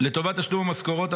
לטובת תשלום המשכורות,